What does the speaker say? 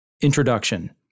Introduction